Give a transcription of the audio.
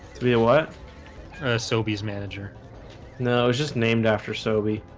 to be a what a sobeys manager no, i was just named after so be